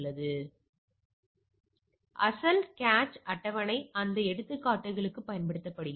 எனவே அசல் கேச் அட்டவணை அந்த எடுத்துக்காட்டுகளுக்குப் பயன்படுத்தப்படுகிறது